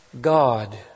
God